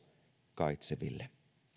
kaitseville